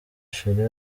chili